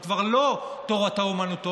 הוא כבר לא "תורתו אומנותו",